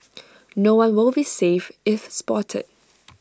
no one will be safe if spotted